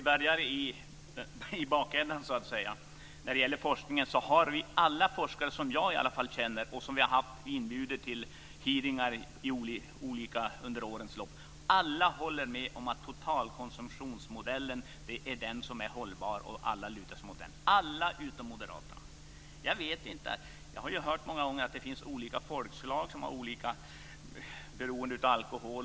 Herr talman! Jag kan börja i bakändan. Alla forskare som jag känner och som har varit inbjudna till olika hearingar under årens lopp håller med om att totalkonsumtionsmodellen är hållbar. Alla lutar sig mot den, alla utom moderaterna. Jag har hört många gånger att det finns olika folkslag som är olika beroende av alkohol.